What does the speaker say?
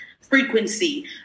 frequency